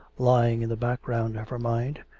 lying in the background of her mind,